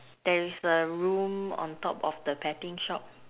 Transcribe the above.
there is a room on top of the betting shop